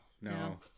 no